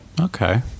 Okay